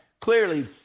clearly